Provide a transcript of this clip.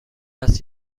است